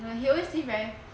he always leave very